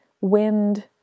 wind